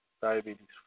Diabetes